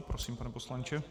Prosím, pane poslanče.